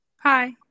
Hi